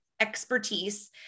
expertise